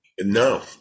No